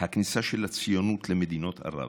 הכניסה של הציונות למדינות ערב